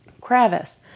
Kravis